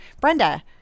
Brenda